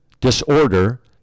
Disorder